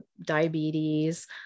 diabetes